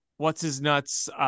What's-his-nuts